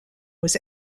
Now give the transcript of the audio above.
was